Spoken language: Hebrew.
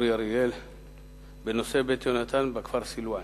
אורי אריאל בנושא "בית יהונתן" בכפר סילואן.